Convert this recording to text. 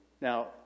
Now